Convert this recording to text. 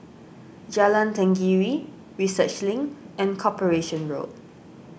Jalan Tenggiri Research Link and Corporation Road